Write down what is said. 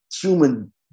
human